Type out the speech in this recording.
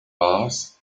mass